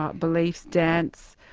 um beliefs, dance,